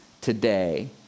today